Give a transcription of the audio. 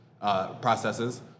processes